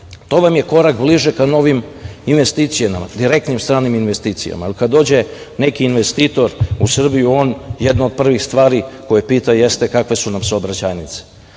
to vam je korak bliže ka novim investicijama, direktnim stranim investicijama, kada dođe neki investitor u Srbiju, od prvih stvari koje pitaju jeste kakve su nam saobraćajnice.